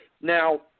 now